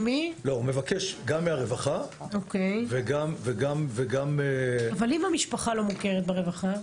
הוא מבקש גם מהרווחה וגם -- אבל אם המשפחה לא מוכרת ברווחה?